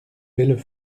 belles